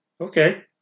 Okay